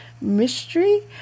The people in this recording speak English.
mystery